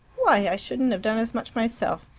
why! i shouldn't have done as much myself.